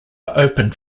opened